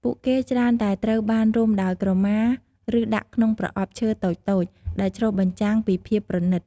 ពួកគេច្រើនតែត្រូវបានរុំដោយ ក្រមា ឬដាក់ក្នុង ប្រអប់ឈើតូចៗ ដែលឆ្លុះបញ្ចាំងពីភាពប្រណិត។